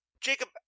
Jacob